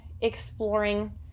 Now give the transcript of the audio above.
exploring